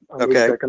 okay